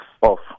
off